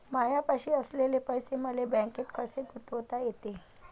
मायापाशी असलेले पैसे मले बँकेत कसे गुंतोता येते?